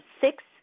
six